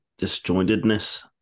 disjointedness